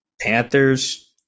Panthers